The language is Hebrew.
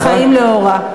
ובחיים לאורה.